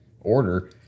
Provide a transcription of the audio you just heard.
order